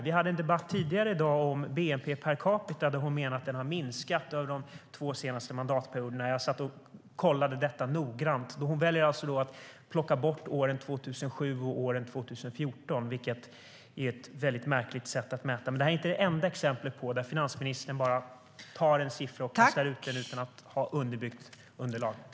Vi hade tidigare i dag en debatt om bnp per capita där hon menade att den har minskat under de två senaste mandatperioderna. Jag satt och kollade detta noggrant. Hon väljer att plocka bort åren 2007 och 2014, vilket är ett väldigt märkligt sätt att mäta. Detta är inte enda exemplet där finansministern bara tar en siffra och kastar ut den utan att ha ett underbyggt underlag.